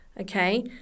Okay